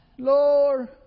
Lord